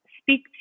speak